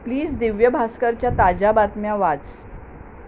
please Divya भास्करच्या ताज्या बातम्या वाच